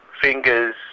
Fingers